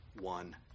one